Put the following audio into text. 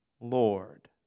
Lord